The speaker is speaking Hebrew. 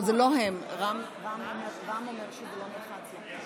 רם בן ברק אומר שזה לא נלחץ לו.